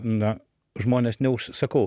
na žmonės neužsi sakau